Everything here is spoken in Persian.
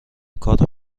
کار